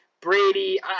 Brady